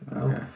Okay